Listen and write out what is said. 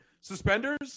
Suspenders